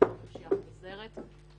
מדובר בפשיעה חוזרת,